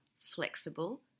flexible